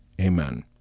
Amen